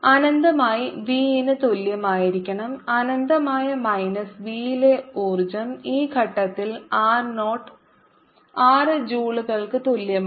അനന്തമായി v ന് തുല്യമായിരിക്കണം അനന്തമായ മൈനസ് v യിലെ ഊർജ്ജം ഈ ഘട്ടത്തിൽ r 0 6 ജൂളുകൾക്ക് തുല്യമാണ്